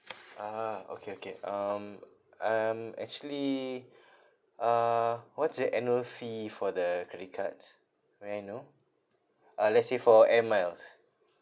ah okay okay um um actually uh what's the annual fee for the credit cards may I know uh let's say for air miles